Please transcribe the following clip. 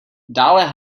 dále